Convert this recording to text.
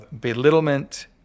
belittlement